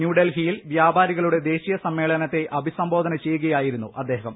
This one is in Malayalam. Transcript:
ന്യൂഡൽഹിയിൽ വൃാപാരികളുടെ ദേശീയ സമ്മേളനത്തെ അഭിസംബോധന ചെയ്യുകയായിരുന്നു അദ്ദേഹം